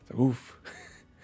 Oof